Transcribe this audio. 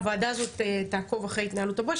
הוועדה הזאת תעקוב אחרי התנהלות ה"בואש",